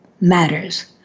matters